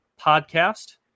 podcast